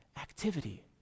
activity